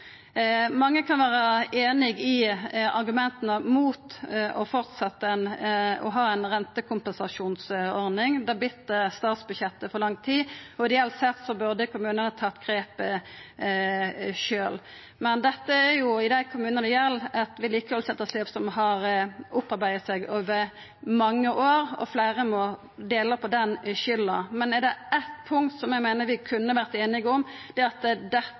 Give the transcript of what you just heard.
Mange kan vera einige i argumenta imot framleis å ha ei rentekompensasjonsordning. Det bind statsbudsjettet for lang tid, og reelt sett burde kommunane tatt grepet sjølve. Men dette er, i dei kommunane det gjeld, eit vedlikehaldsetterslep som har opparbeidt seg over mange år, og fleire må dela på den skulda. Likevel, er det eitt punkt som eg meiner at vi kunne vore einige om, er det at